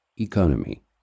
economy